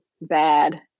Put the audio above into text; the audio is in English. bad